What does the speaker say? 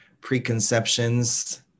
preconceptions